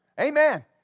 Amen